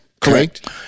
Correct